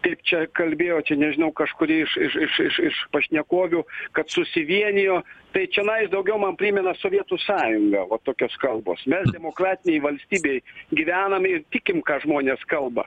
kaip čia kalbėjo čia nežinau kažkuri iš iš iš iš iš pašnekovių kad susivienijo tai čionais daugiau man primena sovietų sąjungą va tokios kalbos mes demokratinėj valstybėj gyvenam ir tikim ką žmonės kalba